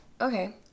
Okay